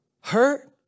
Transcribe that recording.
hurt